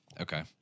Okay